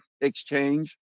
exchange